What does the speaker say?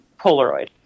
Polaroid